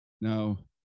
Now